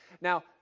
Now